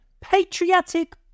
patriotic